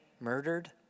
murdered